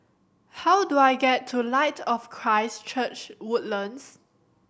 how do I get to Light of Christ Church Woodlands